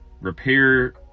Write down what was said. Repair